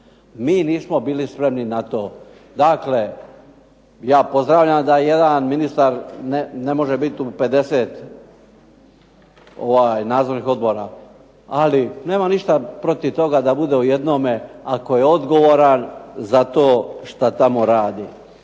Mi nismo bili spremni na to. Dakle, ja pozdravljam da jedan ministar ne može biti u 50 nadzornih odbora. Ali nemam ništa protiv toga da bude u jednome ako je odgovoran za to što tamo radi.